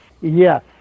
Yes